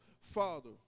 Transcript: Father